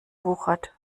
wuchert